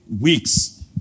weeks